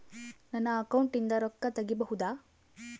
ನನ್ನ ಅಕೌಂಟಿಂದ ರೊಕ್ಕ ತಗಿಬಹುದಾ?